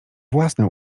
własne